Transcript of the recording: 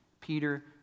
Peter